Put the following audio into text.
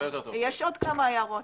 יש עוד כמה הערות.